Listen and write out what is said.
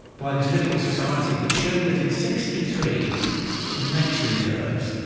by this little society, which showed that in sixty three nature reserves,